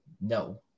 No